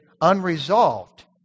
unresolved